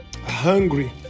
hungry